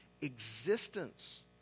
existence